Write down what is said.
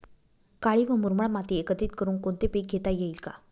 काळी व मुरमाड माती एकत्रित करुन कोणते पीक घेता येईल का?